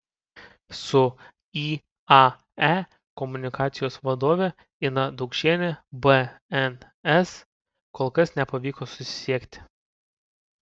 su iae komunikacijos vadove ina daukšiene bns kol kas nepavyko susisiekti